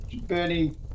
burning